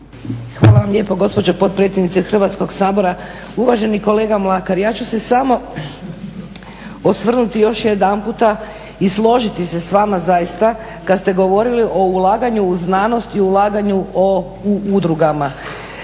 Hvala vam lijepo gospođo potpredsjednice Hrvatskog sabora. Uvaženi kolega Mlakar, ja ću se samo osvrnuti još jedanputa i složiti se s vama zaista kad ste govorili o ulaganju u znanosti i ulaganju u udrugama.